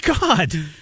God